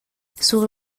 sur